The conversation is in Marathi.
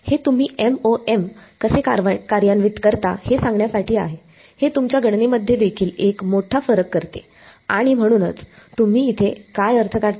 हे तुम्ही MoM कसे कार्यान्वित करता हे सांगण्यासाठी आहे हे तुमच्या गणनेमध्ये देखील एक मोठा फरक करते आणि म्हणूनच तुम्ही इथे काय अर्थ काढता